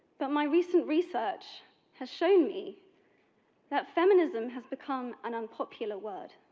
but my recent research has shown me that feminism has become an unpopular word.